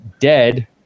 dead